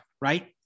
right